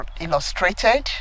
illustrated